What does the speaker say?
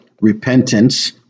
repentance